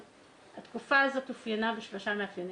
התקופה הזאת מבחינתנו אופיינה בשלושה מאפיינים.